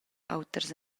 auters